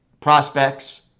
prospects